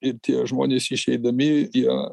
ir tie žmonės išeidami jie